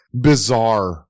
bizarre